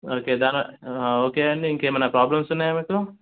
okay దాని okay అండి ఇంకేమైనా ప్రాబ్లమ్స్ ఉన్నాయా మీకు